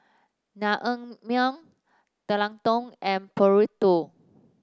Naengmyeon Tekkadon and Burrito